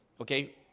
Okay